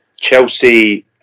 Chelsea